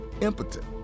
impotent